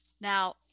Now